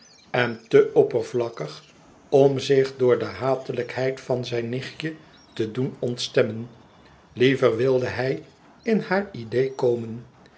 en te oppervlakkig om zich door de hatelijkheid van zijn nichtje te doen ontstemmen liever wilde hij in haar idee komen